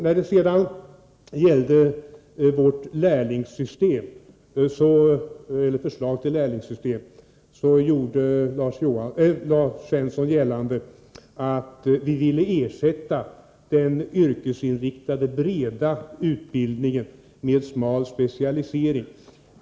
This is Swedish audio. När det sedan gällde vårt förslag till lärlingssystem gjorde Lars Svensson gällande att vi ville ersätta den yrkesinriktade breda utbildningen med smal specialisering.